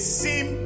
seem